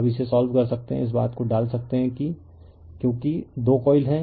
अब इसे सोल्व कर सकते हैं इस बात को डाल सकते हैं क्योंकि 2 कॉइल हैं